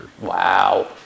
Wow